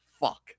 fuck